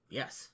Yes